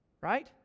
Right